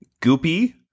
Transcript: goopy